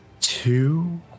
two